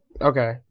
okay